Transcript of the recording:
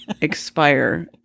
expire